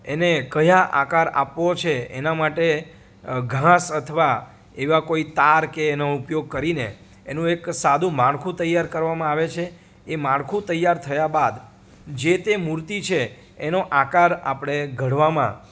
એને કયા આકાર આપવો છે એના માટે ઘાસ અથવા એવા કોઈ તાર કે એનો ઉપયોગ કરીને એનું એક સાદું માળખું તૈયાર કરવામાં આવે છે એ માળખું તૈયાર થયા બાદ જેતે મૂર્તિ છે એનો આકાર આપડે ઘડવામાં